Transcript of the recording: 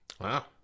Wow